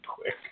quick